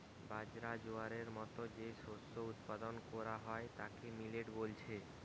বাজরা, জোয়ারের মতো যে শস্য উৎপাদন কোরা হয় তাকে মিলেট বলছে